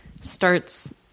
starts